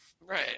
Right